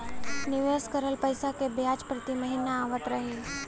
निवेश करल पैसा के ब्याज प्रति महीना आवत रही?